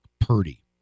Purdy